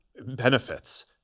benefits